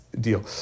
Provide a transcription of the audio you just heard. deal